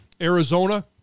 Arizona